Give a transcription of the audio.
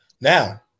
Now